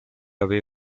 away